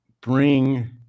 bring